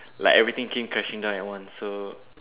like everything came crashing down at once so